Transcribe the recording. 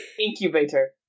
Incubator